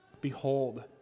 Behold